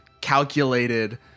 calculated